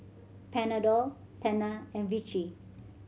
Panadol Tena and Vichy